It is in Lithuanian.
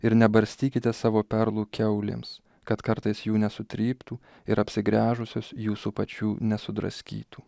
ir nebarstykite savo perlų kiaulėms kad kartais jų nesutryptų ir apsigręžusios jūsų pačių nesudraskytų